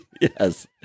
Yes